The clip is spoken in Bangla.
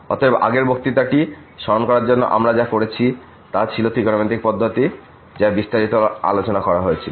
অতএব আগের বক্তৃতাটি স্মরণ করার জন্য আমরা যা করেছি তা ছিল ত্রিকোণমিতিক পদ্ধতি যা বিস্তারিত আলোচনা করা হয়েছিল